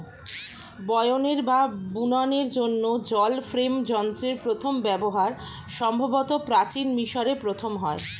বয়নের বা বুননের জন্য জল ফ্রেম যন্ত্রের প্রথম ব্যবহার সম্ভবত প্রাচীন মিশরে প্রথম হয়